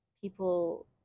people